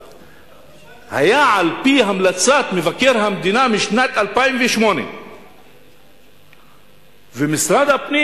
היה על-פי המלצת מבקר המדינה משנת 2008. משרד הפנים